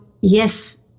yes